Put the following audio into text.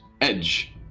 Edge